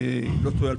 אם אני לא טועה,